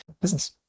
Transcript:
business